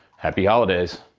happy holidays.